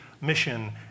mission